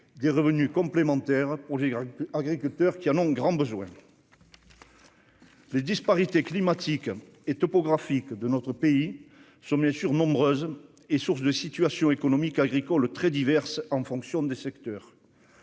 des revenus complémentaires pour les agriculteurs, qui en ont grand besoin. Les disparités climatiques et topographiques de notre pays sont nombreuses et sources de situations économiques et agricoles très diverses en fonction des secteurs.